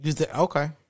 Okay